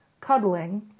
cuddling